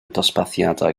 dosbarthiadau